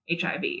HIV